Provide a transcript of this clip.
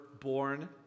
born